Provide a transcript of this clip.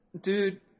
Dude